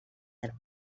had